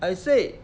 I said